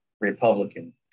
Republican